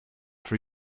for